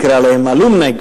alumni,